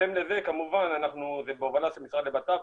ובהתאם לזה כמובן זה בהובלה של משרד לבט"פ